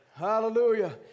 Hallelujah